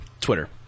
Twitter